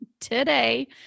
today